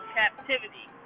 captivity